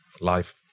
life